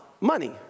money